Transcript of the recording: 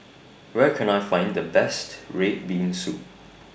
Where Can I Find The Best Red Bean Soup